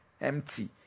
empty